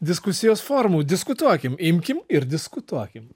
diskusijos formų diskutuokim imkim ir diskutuokim